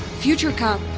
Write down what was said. future cop,